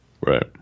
Right